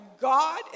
God